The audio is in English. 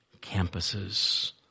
campuses